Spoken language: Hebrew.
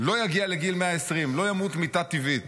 לא יגיע לגיל 120, לא ימות מיתה טבעית.